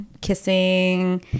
kissing